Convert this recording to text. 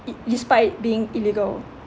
it despite being illegal